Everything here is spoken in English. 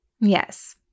Yes